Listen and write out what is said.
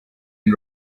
inn